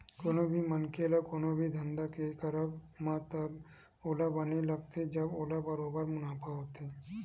कोनो भी मनखे ल कोनो भी धंधा के करब म तब ओला बने लगथे जब ओला बरोबर मुनाफा होथे